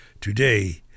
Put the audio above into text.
today